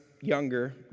younger